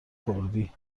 کردی